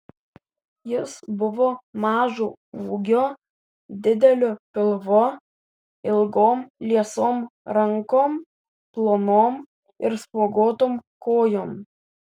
jis buvo mažo ūgio dideliu pilvu ilgom liesom rankom plonom ir spuoguotom kojom